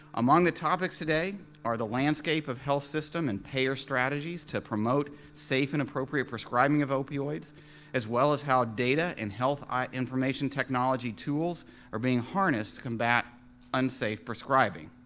among the topics today are the landscape of health system and payer strategies to promote safe and appropriate prescribing of opioids as well as how data and health information technology tools are being harnessed combat unsafe prescribing.